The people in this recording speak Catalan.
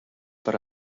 per